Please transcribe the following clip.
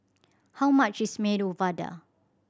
how much is Medu Vada